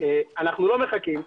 אנחנו לא מחכים.